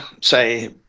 say